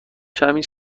کمی